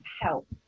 help